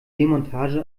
demontage